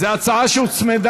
אנחנו עוברים להצעה שהוצמדה